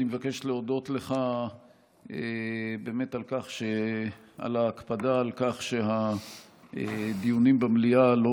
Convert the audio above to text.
אני מבקש להודות לך באמת על ההקפדה על כך שהדיונים במליאה לא